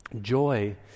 Joy